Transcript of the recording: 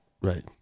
Right